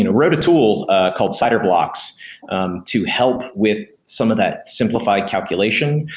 you know wrote a tool called ciderblocks and to help with some of that simplified calculation.